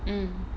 mm